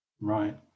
right